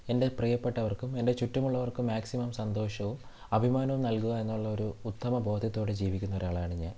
എൻ്റെ പ്രിയപ്പെട്ടവർക്കും എൻ്റെ ചുറ്റുമുള്ളവർക്കും മാക്സിമം സന്തോഷവും അഭിമാനവും നൽകുക എന്നുള്ളൊരു ഉത്തമ ബോധത്തോടെ ജീവിക്കുന്ന ഒരാളാണ് ഞാൻ